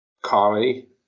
comedy